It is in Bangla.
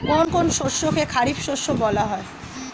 কোন কোন শস্যকে খারিফ শস্য বলা হয়?